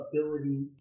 ability